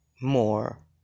more